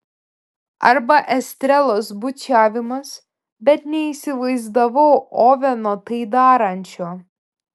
arba esteros bučiavimas bet neįsivaizdavau oveno tai darančio